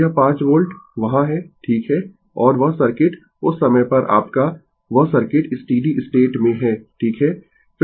तो यह 5 वोल्ट वहाँ है ठीक है और वह सर्किट उस समय पर आपका वह सर्किट स्टीडी स्टेट में है ठीक है